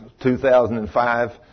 2005